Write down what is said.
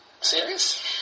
Serious